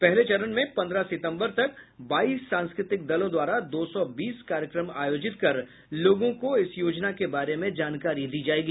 पहले चरण में पन्द्रह सितम्बर तक बाईस सांस्कृतिक दलों द्वारा दो सौ बीस कार्यक्रम आयोजित कर लोगों को इस योजना के बारे में जानकारी दी जायेगी